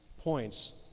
points